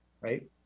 right